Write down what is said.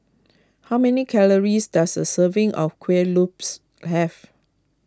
how many calories does a serving of Kueh Lopes have